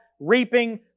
reaping